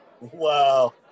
Wow